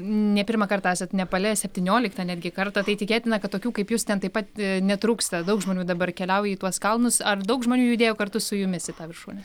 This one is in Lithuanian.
ne pirmą kartą esat nepale septynioliktą netgi kartą tai tikėtina kad tokių kaip jūs ten taip pat netrūksta daug žmonių dabar keliauja į tuos kalnus ar daug žmonių judėjo kartu su jumis į tą viršūnę